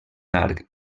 arc